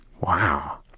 Wow